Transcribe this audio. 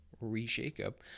re-shake-up